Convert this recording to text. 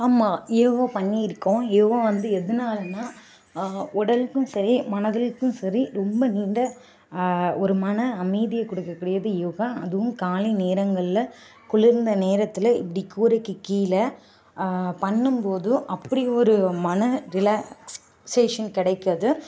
ஆமாம் யோகா பண்ணியிருக்கோம் யோகா வந்து எதனாலன்னா உடலுக்கும் சரி மனதில்கும் சரி ரொம்ப நீண்ட ஒரு மன அமைதியை கொடுக்கக்கூடியது யோகா அதுவும் காலை நேரங்களில் குளிர்ந்த நேரத்தில் இப்படி கூரைக்கு கீழே பண்ணும் போதும் அப்படி ஒரு மன ரிலாக்சேஷன் கிடைக்கிது